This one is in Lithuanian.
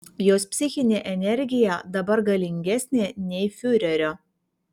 jos psichinė energija dabar galingesnė nei fiurerio